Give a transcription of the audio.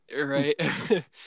Right